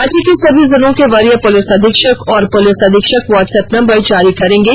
राज्य के सभी जिलों के वरीय पुलिस अधीक्षक और पुलिस अधीक्षक वॉट्सएप नंबर जारी करेंगे